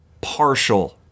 partial